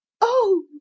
Oh